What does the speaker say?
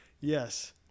yes